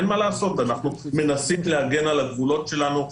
אין מה לעשות, אנחנו מנסים להגן על הגבולות שלנו.